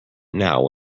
now